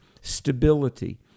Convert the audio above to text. stability